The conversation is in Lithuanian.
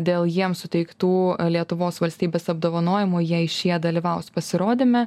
dėl jiems suteiktų lietuvos valstybės apdovanojimų jei šie dalyvaus pasirodyme